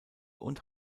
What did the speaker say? und